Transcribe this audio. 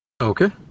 Okay